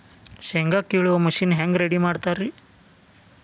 ಶೇಂಗಾ ಕೇಳುವ ಮಿಷನ್ ಹೆಂಗ್ ರೆಡಿ ಮಾಡತಾರ ರಿ?